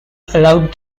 allowed